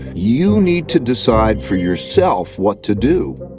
you need to decide for yourself what to do,